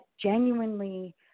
genuinely